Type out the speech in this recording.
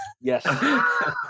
Yes